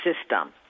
system